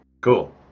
Cool